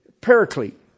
Paraclete